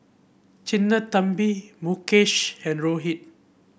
Sinnathamby Mukesh and Rohit